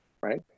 Right